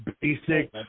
Basic